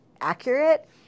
accurate